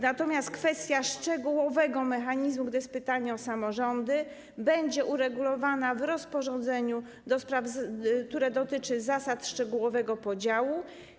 Natomiast kwestia szczegółowego mechanizmu - bo to jest pytanie o samorządy - będzie uregulowana w rozporządzeniu, które będzie dotyczyło zasad szczegółowego podziału.